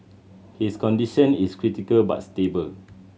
his condition is critical but stable